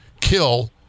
kill